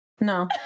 No